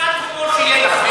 קצת הומור שיהיה לך,